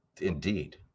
Indeed